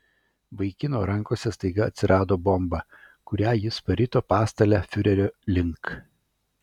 vaikino rankose staiga atsirado bomba kurią jis parito pastale fiurerio link